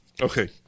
Okay